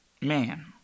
Man